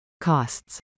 Costs